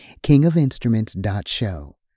kingofinstruments.show